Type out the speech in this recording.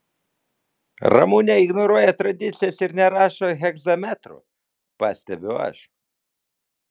ramunė ignoruoja tradicijas ir nerašo hegzametru pastebiu aš